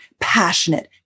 passionate